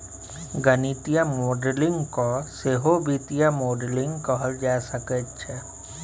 गणितीय मॉडलिंग केँ सहो वित्तीय मॉडलिंग कहल जा सकैत छै